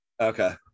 Okay